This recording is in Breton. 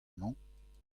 mañ